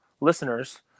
listeners